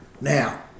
Now